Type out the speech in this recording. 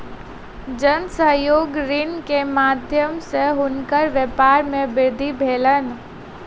जन सहयोग ऋण के माध्यम सॅ हुनकर व्यापार मे वृद्धि भेलैन